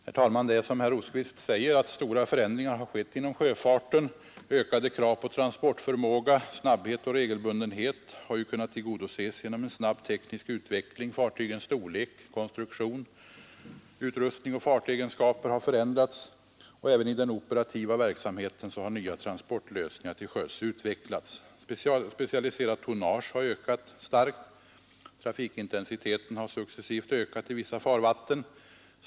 Herr talman! Herr Rosqvist har rätt när han säger att stora förändringar har skett inom sjöfarten. Ökade krav på transportförmåga, snabbhet och regelbundenhet har kunnat tillgodoses genom en snabb teknisk utveckling. Fartygens storlek, konstruktion, utrustning och fartegenskaper har förändrats. Även i den operativa verksamheten har nya transportlösningar till sjöss utvecklats. Andelen specialiserat tonnage har ökat starkt. Trafikintensiteten har successivt ökat i vissa farvatten.